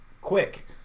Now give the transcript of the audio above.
quick